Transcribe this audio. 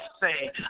say